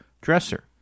dresser